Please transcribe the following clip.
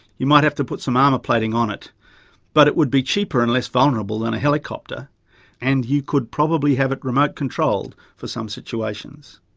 you might have to put some armour plating on it but it would be cheaper and less vulnerable than a helicopter and you could probably have it remote controlled for some situations.